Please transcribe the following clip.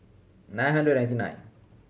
nine hundred ninety nine